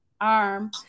arm